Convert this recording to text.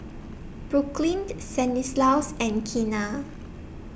Brooklyn Stanislaus and Keena